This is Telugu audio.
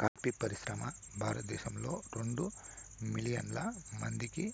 కాఫీ పరిశ్రమ భారతదేశంలో రెండు మిలియన్ల మందికి